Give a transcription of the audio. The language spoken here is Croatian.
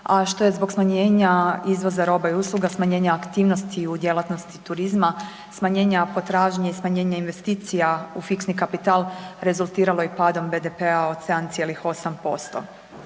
a što je zbog smanjenja izvoza roba i usluga, smanjenja aktivnosti u djelatnosti turizma, smanjenja potražnje i smanjenja investicija u fiksni kapital rezultiralo i padom BDP-a od 7,8%.